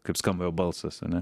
kaip skamba jo balsas ane